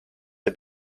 see